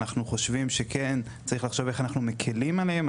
אנחנו צריכים לחשוב איך אנחנו מקלים עליהם,